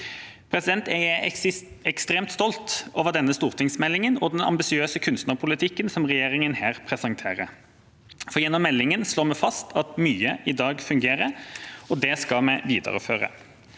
Jeg er ekstremt stolt over denne stortingsmeldinga og den ambisiøse kunstnerpolitikken som regjeringa her presenterer. Gjennom meldinga slår vi fast at mye i dag fungerer, og det skal vi videreføre.